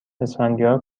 اسفندیار